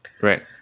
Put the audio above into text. Right